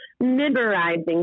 memorizing